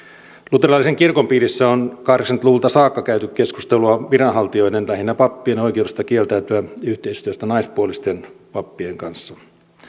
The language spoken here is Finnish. luterilaisen kirkon piirissä on kahdeksankymmentä luvulta saakka käyty keskustelua viranhaltijoiden lähinnä pappien oikeudesta kieltäytyä yhteistyöstä naispuolisten pappien kanssa